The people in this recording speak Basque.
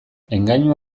engainu